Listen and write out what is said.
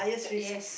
yes